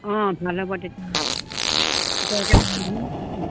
অঁ ভালে হ'ব তেতিয়া তেতিয়াহ'লে ভিটামিন দি দিম